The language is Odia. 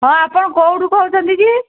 ହଁ ଆପଣ କୋଉଠୁ କହୁଛନ୍ତି କି